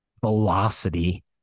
velocity